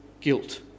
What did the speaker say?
guilt